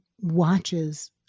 watches